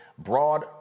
Broad